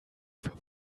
für